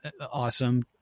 awesome